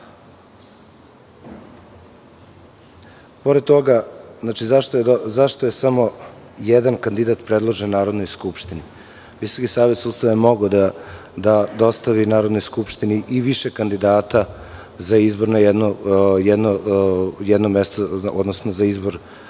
toga, zašto je samo jedan kandidat predložen Narodnoj skupštini? Visoki savet sudstva mogao je da dostavi Narodnoj skupštini i više kandidata za izbor na jedno mesto, odnosno za izbor